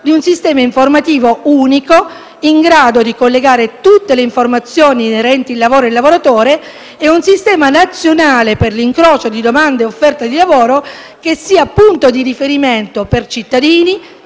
di un sistema informativo unico in grado di collegare tutte le informazioni inerenti il lavoro e il lavoratore e un sistema nazionale per l'incrocio di domanda e offerta di lavoro che sia punto di riferimento per cittadini,